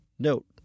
Note